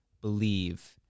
believe